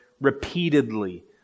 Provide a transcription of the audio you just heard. repeatedly